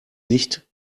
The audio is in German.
nicht